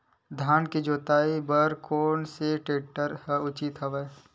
धान के जोताई बर कोन से टेक्टर ह उचित हवय?